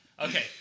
Okay